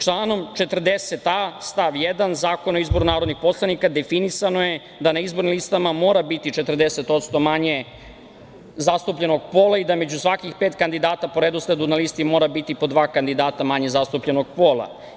Članom 40a stav 1. Zakona o izboru narodnih poslanika definisano je da na izbornim listama mora biti 40% manje zastupljenog pola i da među svakih pet kandidata po redosledu na listi mora biti po dva kandidata manje zastupljenog pola.